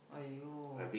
!aiyo!